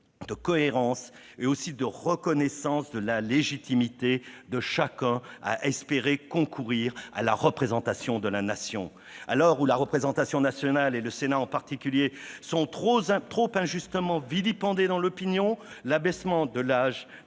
de cohérence et aussi de reconnaissance de la légitimité de chacun à espérer concourir à la représentation de la Nation. À l'heure où la représentation nationale et le Sénat en particulier sont trop injustement vilipendés dans l'opinion, l'abaissement de l'âge